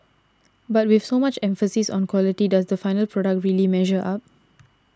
but with so much emphasis on quality does the final product really measure up